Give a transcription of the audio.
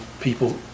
people